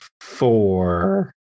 four